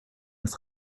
ins